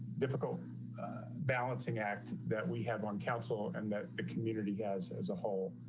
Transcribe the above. difficult balancing act that we have on council and that the community has as a whole.